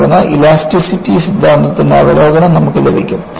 തുടർന്ന് ഇലാസ്റ്റിസിറ്റി സിദ്ധാന്തത്തിന്റെ അവലോകനം നമുക്ക് ലഭിക്കും